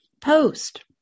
post